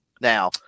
Now